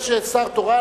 יש שר תורן,